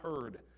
heard